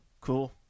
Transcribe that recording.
Cool